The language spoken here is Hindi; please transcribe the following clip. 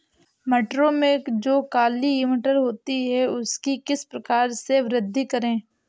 मटरों में जो काली मटर होती है उसकी किस प्रकार से वृद्धि करें?